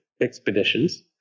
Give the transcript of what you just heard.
expeditions